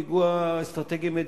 הוא פיגוע אסטרטגי-מדיני.